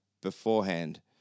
beforehand